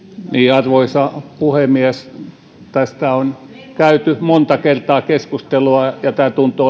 arvoisa puhemies tästä on käyty monta kertaa keskustelua ja tämä tuntuu